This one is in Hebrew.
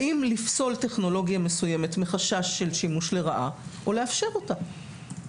האם לפסול טכנולוגיה מסוימת מחשש של שימוש לרעה או לאפשר אותה.